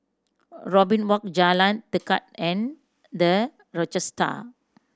Robin Walk Jalan Tekad and The Rochester